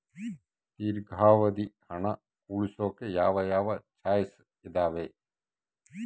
ದೇರ್ಘಾವಧಿ ಹಣ ಉಳಿಸೋಕೆ ಯಾವ ಯಾವ ಚಾಯ್ಸ್ ಇದಾವ?